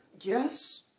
Yes